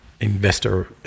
investor